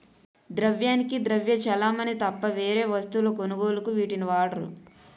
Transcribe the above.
ద్రవ్యానికి ద్రవ్య చలామణి తప్ప వేరే వస్తువుల కొనుగోలుకు వీటిని వాడరు